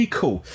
Cool